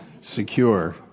secure